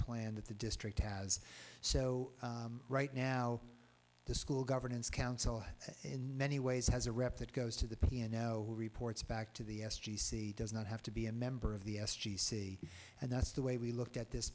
plan that the district has so right now the school governance council in many ways has a rep that goes to the piano reports back to the s g c does not have to be a member of the s g c and that's the way we looked at this